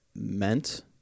meant